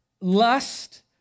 lust